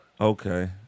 Okay